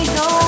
no